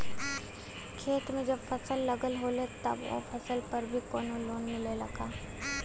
खेत में जब फसल लगल होले तब ओ फसल पर भी कौनो लोन मिलेला का?